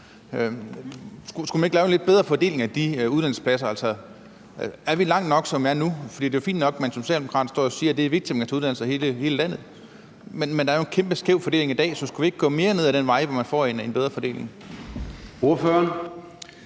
Skulle man ikke lave en lidt bedre fordeling af de uddannelsespladser? Er vi nået langt nok, som det er nu? For det er jo fint nok, at man som Socialdemokraternes ordfører står og siger, at man skal kunne tage uddannelser i hele landet, men der er jo en meget skæv fordeling i dag, så skulle vi ikke gå længere ned ad den vej, så man får en bedre fordeling?